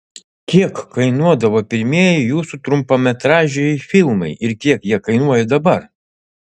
kiek kainuodavo pirmieji jūsų trumpametražiai filmai ir kiek jie kainuoja dabar